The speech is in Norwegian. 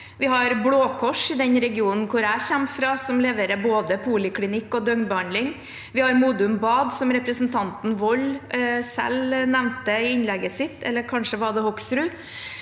Vi har Blåkors i den regionen jeg kommer fra, som leverer både poliklinikk og døgnbehandling. Vi har Modum Bad, som representanten Hoksrud nevnte i innlegget sitt. Vi har Diakonhjemmet og